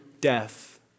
death